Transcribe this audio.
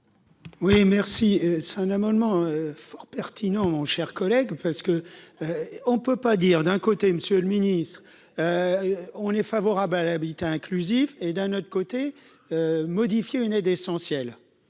Oui, merci, c'est un amendement fort pertinent cher collègue parce que on peut pas dire d'un côté, Monsieur le Ministre on est favorable à l'habitat inclusif et d'un autre côté, modifier une aide essentielle